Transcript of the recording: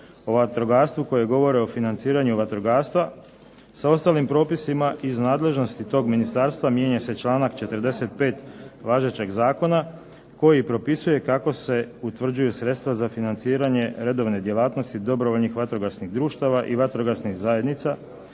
o vatrogastvu koji govori o financiranju vatrogastva sa ostalim propisima iz nadležnosti tog ministarstva mijenja se članak 45. važećeg zakona, koji propisuje kako se utvrđuju sredstva za financiranje redovne djelatnosti dobrovoljnih vatrogasnih društava i vatrogasnih zajednica,